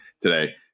today